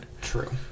True